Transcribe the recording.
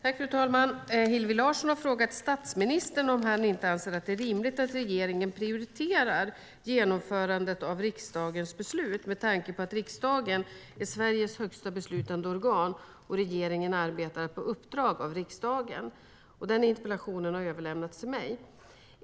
Fru talman! Hillevi Larsson har frågat statsministern om han inte anser att det är rimligt att regeringen prioriterar genomförandet av riksdagens beslut, med tanke på att riksdagen är Sveriges högsta beslutande organ och regeringen arbetar på uppdrag av riksdagen. Interpellationen har överlämnats till mig.